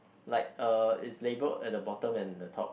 like uh it's labelled at the bottom and the top